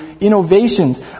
innovations